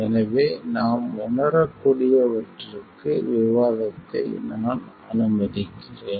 எனவே நாம் உணரக்கூடியவற்றுக்கு விவாதத்தை நான் அனுமதிக்கிறேன்